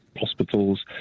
hospitals